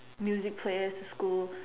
music players to school